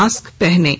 mask पहनें